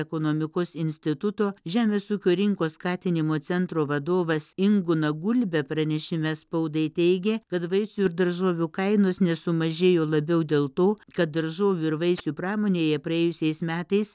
ekonomikos instituto žemės ūkio rinkos skatinimo centro vadovas ingūna gulbė pranešime spaudai teigė kad vaisių ir daržovių kainos nesumažėjo labiau dėl to kad daržovių ir vaisių pramonėje praėjusiais metais